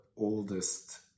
oldest